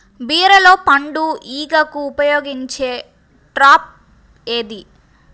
బీరలో పండు ఈగకు ఉపయోగించే ట్రాప్ ఏది?